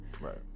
Right